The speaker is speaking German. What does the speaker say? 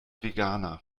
veganer